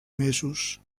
mesos